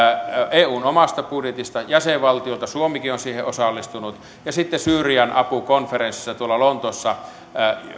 eun omasta budjetista jäsenvaltioilta suomikin on siihen osallistunut ja sitten syyrian apu konferenssissa lontoossa kaiken kaikkiaan